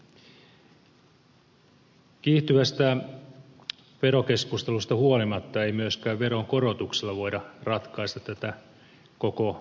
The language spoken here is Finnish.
kiihtyvästä verokeskustelusta huolimatta ei myöskään veronkorotuksella voida ratkaista tätä koko ongelmaa